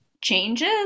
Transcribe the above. changes